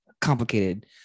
complicated